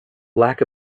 lack